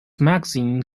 magazine